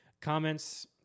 comments